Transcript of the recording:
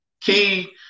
Key –